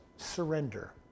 surrender